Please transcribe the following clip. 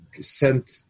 sent